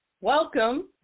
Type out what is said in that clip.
welcome